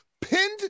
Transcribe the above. pinned